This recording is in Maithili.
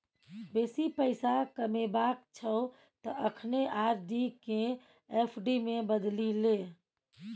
बेसी पैसा कमेबाक छौ त अखने आर.डी केँ एफ.डी मे बदलि ले